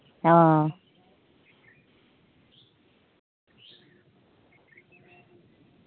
ᱦᱮᱸ